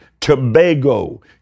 Tobago